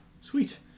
sweet